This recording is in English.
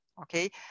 Okay